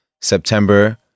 September